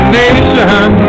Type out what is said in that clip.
nation